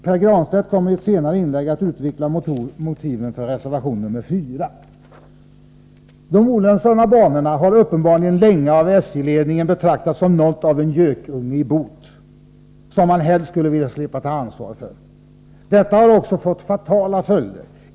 Pär Granstedt kommer i ett senare inlägg att utveckla motiven för reservation nr 4. De olönsamma banorna har uppenbarligen länge av SJ:s ledning betraktats som något av en gökunge i boet, som man helst har velat slippa ta ansvar för. Detta har också fått fatala följder.